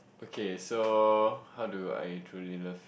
okay so how do I truly love